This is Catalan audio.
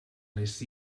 les